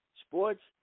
sports